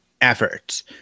efforts